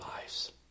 lives